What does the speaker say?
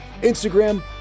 Instagram